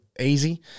easy